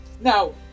Now